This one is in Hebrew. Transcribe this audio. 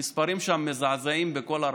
המספרים שם מזעזעים בכל הרמות.